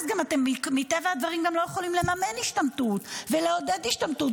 אז מטבע הדברים גם לא יכולים לממן השתמטות ולעודד השתמטות